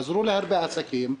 עזרו לעסקים רבים,